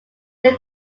near